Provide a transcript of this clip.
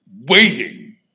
waiting